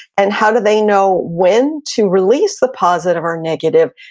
and how do they know when to release the positive or negative?